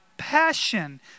Passion